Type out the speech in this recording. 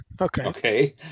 okay